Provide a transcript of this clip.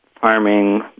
farming